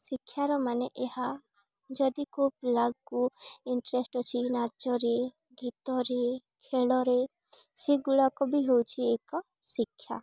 ଶିକ୍ଷାର ମାନେ ଏହା ଯଦି ଖୁବ୍ ଲାଗୁ ଇଣ୍ଟରେଷ୍ଟ ଅଛି ନାଚରେ ଗୀତରେ ଖେଳରେ ସେଗୁଡ଼ାକ ବି ହେଉଛି ଏକ ଶିକ୍ଷା